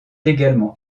également